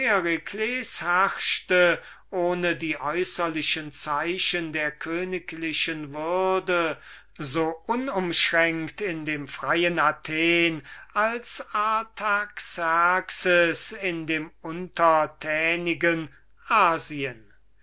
ohne die äußerlichen zeichen der königlichen würde zu tragen so unumschränkt in dem freien athen als artaxerxes in dem untertänigen asien